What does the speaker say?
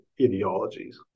ideologies